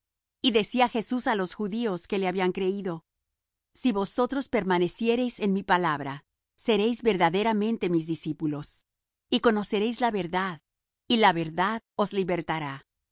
y decía jesús á los judíos que le habían creído si vosotros permaneciereis en mi palabra seréis verdaderamente mis discípulos y conoceréis la verdad y la verdad os libertará